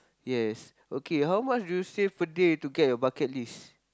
yes okay how much do you save a day to get your bucket list